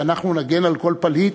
שאנחנו נגן על כל פליט,